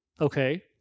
Okay